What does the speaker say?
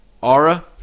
Aura